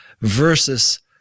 versus